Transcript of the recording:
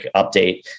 update